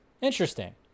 Interesting